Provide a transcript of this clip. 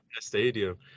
stadium